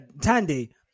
tandy